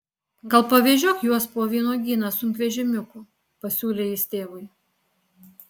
gal pavežiok juos po vynuogyną sunkvežimiuku pasiūlė jis tėvui